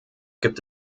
gibt